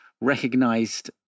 recognized